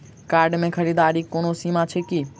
Card सँ खरीददारीक कोनो सीमा छैक की?